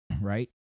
right